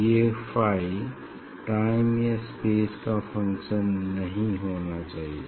ये phi time या space का फंक्शन नहीं होना चाहिए